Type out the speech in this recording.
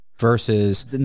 Versus